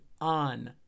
on